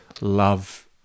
love